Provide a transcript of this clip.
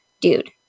dude